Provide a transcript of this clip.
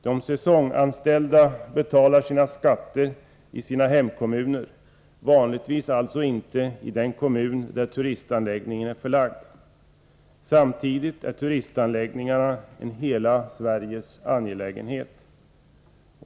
De säsonganställda betalar sina skatter i sin hemkommun, alltså vanligtvis inte i den kommun där turistanläggningen är belägen. Samtidigt är turistanläggningarna en hela Sveriges angelägenhet.